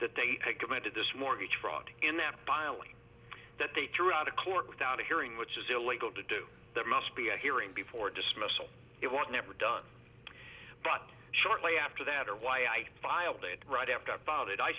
that they committed this mortgage fraud in that piling that they threw out a court without a hearing which is illegal to do there must be a hearing before dismissal it was never done but shortly after that or why i filed it right after about it i